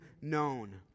known